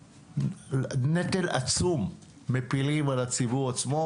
נטל עצום מפילים על הציבור עצמו,